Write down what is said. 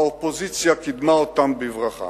האופוזיציה קידמה אותם בברכה.